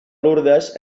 lourdes